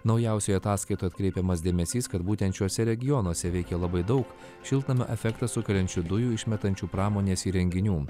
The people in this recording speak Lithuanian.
naujausioje ataskaitoj atkreipiamas dėmesys kad būtent šiuose regionuose veikia labai daug šiltnamio efektą sukeliančių dujų išmetančių pramonės įrenginių